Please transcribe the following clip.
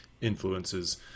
influences